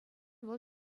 вӑл